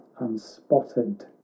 unspotted